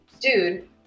dude